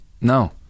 No